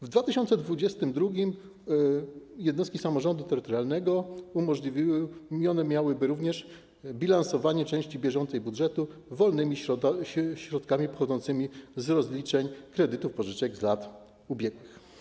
W 2022 r. jednostki samorządu terytorialnego umożliwione miałby również bilansowanie części bieżącej budżetu wolnymi środkami pochodzącymi z rozliczeń kredytów, pożyczek z lat ubiegłych.